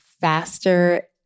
faster